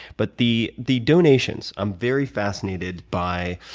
but the the donations, i'm very fascinated by